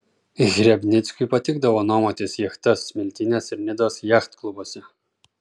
hrebnickiui patikdavo nuomotis jachtas smiltynės ir nidos jachtklubuose